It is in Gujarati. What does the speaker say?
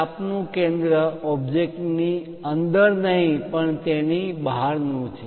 ચાપ આર્ક નું કેન્દ્ર ઓબ્જેક્ટ ની અંદર નહીં પણ તેની બહારનું છે